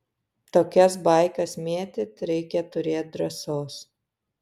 tokias baikas mėtyt reikia turėt drąsos